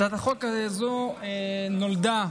הצעת החוק הזו נולדה,